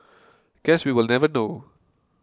guess we will never know